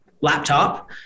laptop